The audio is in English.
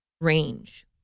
range